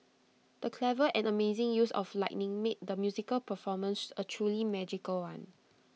the clever and amazing use of lighting made the musical performance A truly magical one